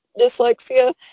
dyslexia